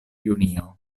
junio